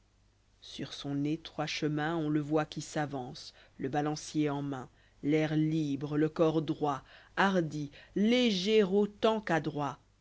sur son étroit chemin on le voit qui s'avance le balancier en main l'air libre le corps droit hardi léger autant qu'adroit